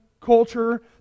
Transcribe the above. culture